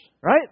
right